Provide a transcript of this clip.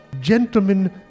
Gentlemen